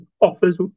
offers